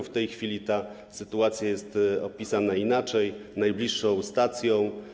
W tej chwili ta sytuacja jest opisana inaczej: najbliższą stacją.